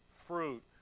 fruit